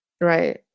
Right